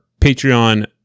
Patreon